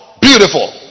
Beautiful